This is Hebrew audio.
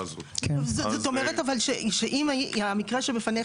הזכות של הורים שכולים.